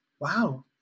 wow